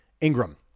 Ingram